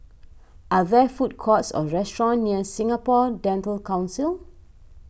are there food courts or restaurants near Singapore Dental Council